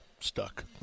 Stuck